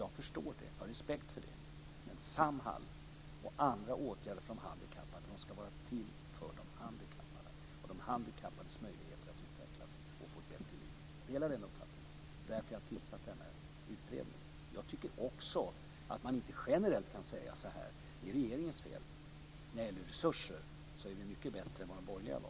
Jag förstår det. Jag har respekt för det. Men Samhall och andra åtgärder för de handikappade ska vara till för de handikappade och de handikappades möjligheter att utvecklas och få ett bättre liv. Jag delar den uppfattningen, och det är därför jag har tillsatt denna utredning. Jag tycker också att man inte generellt kan säga att det är regeringens fel. När det gäller resurser är vi mycket bättre än de borgerliga var.